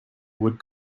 would